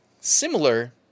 similar